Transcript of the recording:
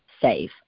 save